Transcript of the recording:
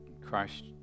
Christ